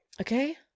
Okay